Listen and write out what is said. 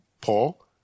Paul